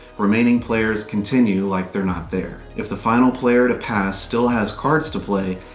remaining players continue like they're not there. if the final player to pass still has cards to play,